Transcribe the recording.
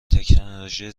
تکنولوژی